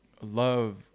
love